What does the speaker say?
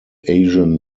asian